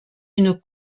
une